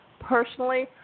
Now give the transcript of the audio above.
Personally